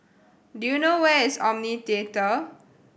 do you know where is Omni Theatre